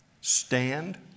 stand